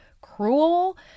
cruel